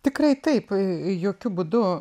tikrai taip jokiu būdu